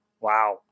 wow